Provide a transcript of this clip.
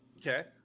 Okay